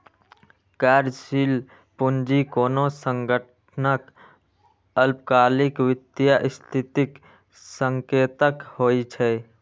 कार्यशील पूंजी कोनो संगठनक अल्पकालिक वित्तीय स्थितिक संकेतक होइ छै